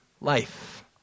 life